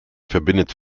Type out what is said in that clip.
verbindet